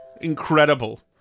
Incredible